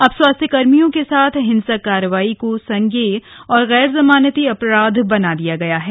अब स्वास्थ्य कर्मियों के साथ हिंसक कार्रवाई को संज्ञेय और गैर जमानती अपराध बना दिया गया है